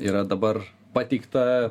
yra dabar pateikta